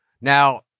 Now